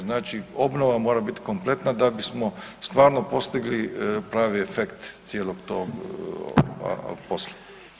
Znači obnova mora bit kompletna da bismo stvarno postigli pravi efekt cijelog tog posla.